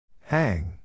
Hang